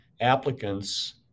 applicants